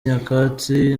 nyakatsi